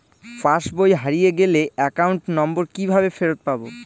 পাসবই হারিয়ে গেলে account number কিভাবে ফেরত পাব?